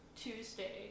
Tuesday